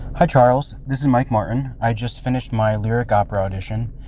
hi charles this is mike martin. i just finished my lyric opera audition.